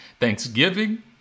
Thanksgiving